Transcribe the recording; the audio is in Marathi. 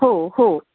हो हो